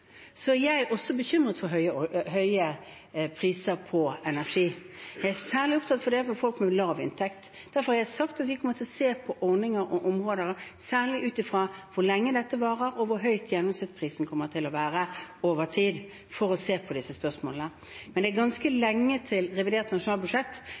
Jeg er også bekymret for høye priser på energi. Jeg er særlig opptatt av det for folk med lav inntekt. Derfor har jeg sagt at vi kommer til å se på disse spørsmålene og på ordninger og områder særlig ut fra hvor lenge dette varer, og hvor høy gjennomsnittsprisen kommer til å være over tid.